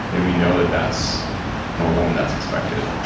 and we know that that's normal and that's expected.